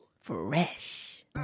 fresh